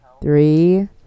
Three